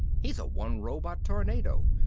he is a one-robot tornado,